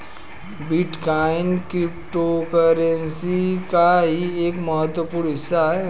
bitcoin cryptocurrency का ही एक महत्वपूर्ण हिस्सा है